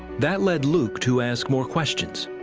that led luke to ask more questions.